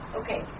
okay